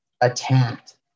attacked